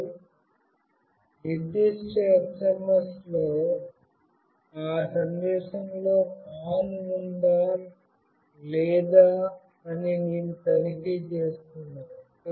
మరియు నిర్దిష్ట SMS లో ఆ సందేశంలో "ఆన్" "ON" ఉందా లేదా అని నేను తనిఖీ చేస్తున్నాను